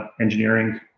engineering